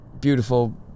beautiful